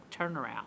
turnaround